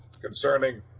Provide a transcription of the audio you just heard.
concerning